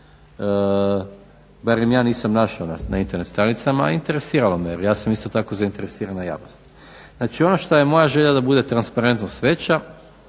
barem ja nisam našao na Internet stranicama, a interesiralo me jer ja sam isto tako zainteresirana javnost. Ono što je moja želja da bude transparentnost veća,